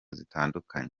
zitandukanye